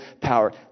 power